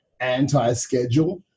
anti-schedule